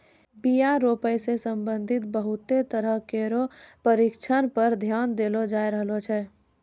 बीया रोपै सें संबंधित बहुते तरह केरो परशिक्षण पर ध्यान देलो जाय रहलो छै